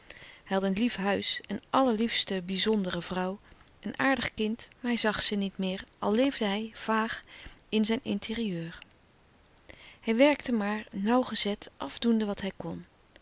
een lief huis een allerliefste bizondere vrouw een aardig kind maar hij zag ze niet meer al leefde hij vaag in zijn intérieur hij werkte maar nauwgezet afdoende wat hij kon